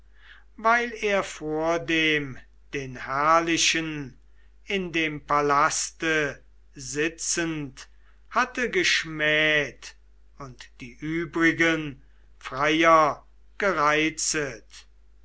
weil er vordem den herrlichen in dem palaste sitzend hatte geschmäht und die übrigen freier